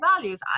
values